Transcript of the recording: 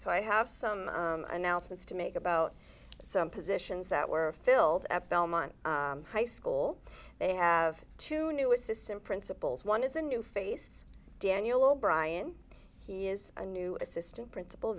so i have some announcements to make about some positions that were filled at belmont high school they have two new assistant principals one is a new face daniel o'brien he is a new assistant principal